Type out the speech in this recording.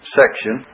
section